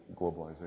globalization